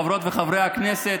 חברות וחברי הכנסת,